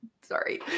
sorry